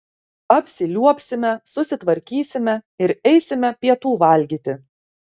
apsiliuobsime susitvarkysime ir eisime pietų valgyti